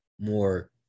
more